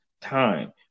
time